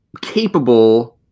capable